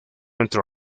entre